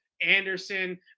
Anderson